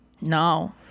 No